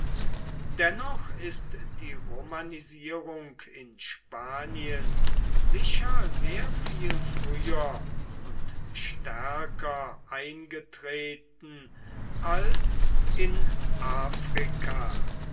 dennoch ist die romanisierung in spanien sicher sehr viel früher und stärker eingetreten als in afrika